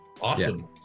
awesome